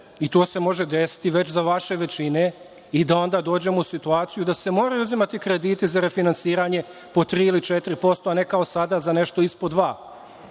a to se može desiti već za vaše većine, i da onda dođemo u situaciju da se moraju uzimati krediti za refinansiranje po tri ili četiri posto, a ne kao sada za nešto ispod dva.